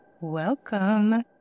Welcome